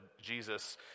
Jesus